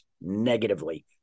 negatively